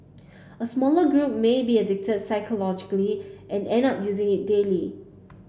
a smaller group may be addicted psychologically and end up using it daily